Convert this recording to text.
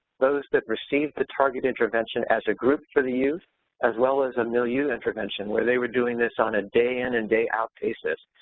those that received the target intervention as a group for the youth as well as a milieu intervention where they were doing this on a day in and day out basis,